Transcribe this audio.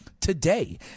Today